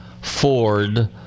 Ford